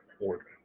order